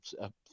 up